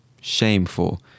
Shameful